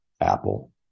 Apple